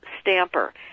Stamper